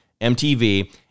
MTV